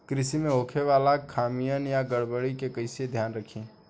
कृषि में होखे वाला खामियन या गड़बड़ी पर कइसे ध्यान रखि?